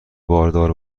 باردار